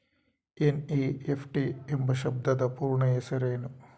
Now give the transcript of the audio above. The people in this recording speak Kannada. ಎನ್.ಇ.ಎಫ್.ಟಿ ಎಂಬ ಶಬ್ದದ ಪೂರ್ಣ ಹೆಸರೇನು?